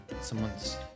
someone's